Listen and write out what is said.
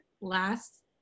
last